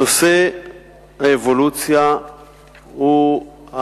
נושא האבולוציה הוא,